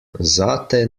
zate